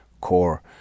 core